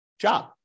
job